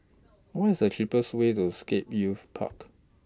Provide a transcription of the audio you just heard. What IS The cheapest Way to Scape Youth Park